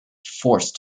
forced